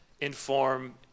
inform